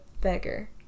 beggar